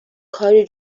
کاری